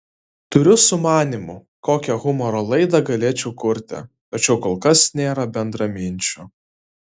turiu sumanymų kokią humoro laidą galėčiau kurti tačiau kol kas nėra bendraminčių